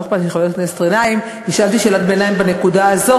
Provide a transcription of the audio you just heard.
לא אכפת לי שחבר הכנסת גנאים ישאל את שאלת הביניים בנקודה הזאת,